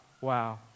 wow